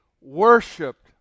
worshipped